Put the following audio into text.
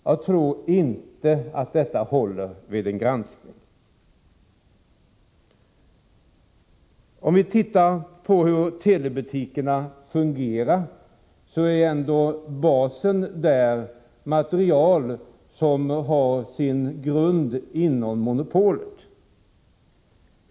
Jag tror inte att detta håller vid en granskning. Om vi ser på hur verksamheten i telebutikerna fungerar finner vi att basen för försäljningen utgörs av material inom monopolområdet.